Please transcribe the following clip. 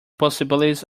possibilities